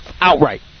Outright